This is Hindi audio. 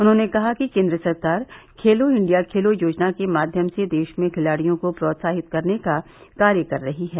उन्होंने कहा कि केन्द्र सरकार खेलो इण्डिया खेलो योजना के माध्यम से देश में खिलाडियों को प्रोत्साहित करने का कार्य कर रही है